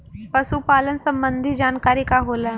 पशु पालन संबंधी जानकारी का होला?